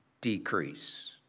decrease